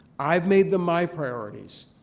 i've made them my priorities.